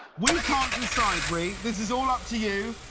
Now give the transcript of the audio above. we can't decide, ree. this is all up to you.